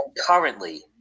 currently